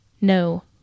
no